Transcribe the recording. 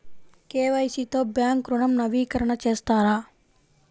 KYC తో bank ఋణం నవీకరణ చేస్తారా?